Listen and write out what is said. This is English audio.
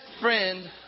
friend